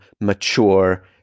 mature